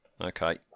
Okay